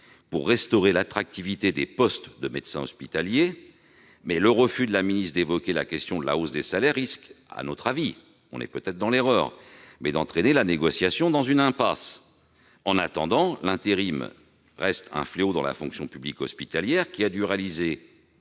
à restaurer l'attractivité des postes de médecin hospitalier. Toutefois, le refus de la ministre d'évoquer la question de la hausse des salaires risque, à notre avis- nous nous trompons peut-être -, d'entraîner la négociation dans une impasse. En attendant, l'intérim reste un fléau dans la fonction publique hospitalière, qui a dû réaliser-